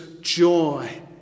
joy